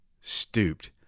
stooped